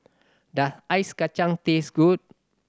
does Ice Kachang taste good